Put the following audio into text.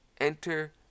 Enter